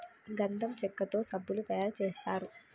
గంధం చెక్కతో సబ్బులు తయారు చేస్తారు